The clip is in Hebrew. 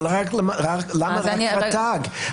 אבל למה רק רט"ג?